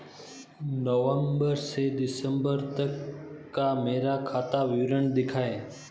नवंबर से दिसंबर तक का मेरा खाता विवरण दिखाएं?